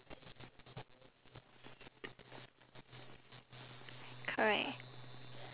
correct